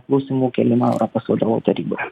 klausimų kėlimą europos vadovų taryboje